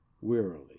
wearily